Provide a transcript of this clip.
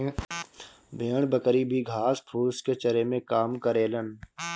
भेड़ बकरी भी घास फूस के चरे में काम करेलन